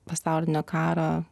pasaulinio karo